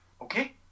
Okay